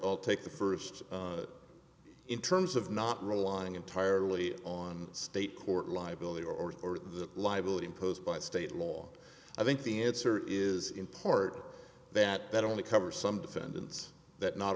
i'll take the first in terms of not relying entirely on state court liability or the liability imposed by state law i think the answer is in part that that only covers some defendants that not